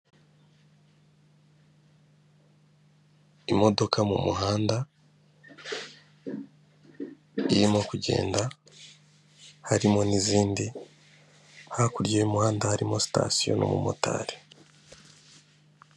Imodoka mu muhanda, irimo kugenda, harimo n'izindi, hakurya y'umuhanda harimo sitasiyo n'umumotari.